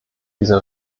diese